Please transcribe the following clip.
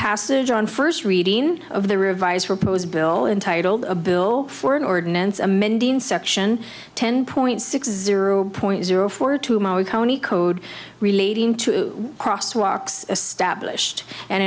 passage on first reading of the revised proposed bill entitled a bill for an ordinance amending section ten point six zero point zero for tomorrow county code relating to cross walks established and